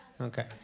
okay